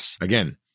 again